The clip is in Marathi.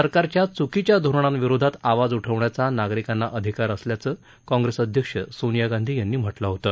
सरकारच्या चुकीच्या धोरणांविरोधात आवाज उठवण्याचा नागरिकांना अधिकार असल्याचं काँग्रेस अध्यक्षा सोनिया गांधी यांनी म्हटलं होतं